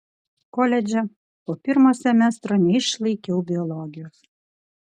koledže po pirmo semestro neišlaikiau biologijos